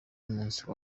y’umunsi